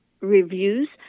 reviews